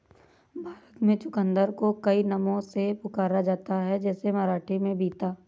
भारत में चुकंदर को कई नामों से पुकारा जाता है जैसे मराठी में बीता